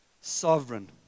sovereign